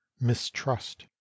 mistrust